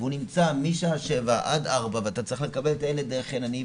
והוא נמצא משעה 7.00 עד 16.00 ואתה צריך לקבל את הילד חינני,